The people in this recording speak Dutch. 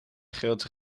grootste